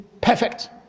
perfect